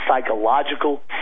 psychological